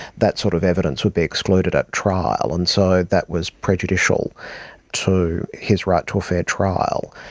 that sort of evidence would be excluded at trial, and so that was prejudicial to his right to a fair trial.